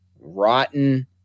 rotten